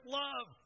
love